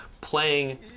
Playing